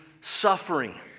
suffering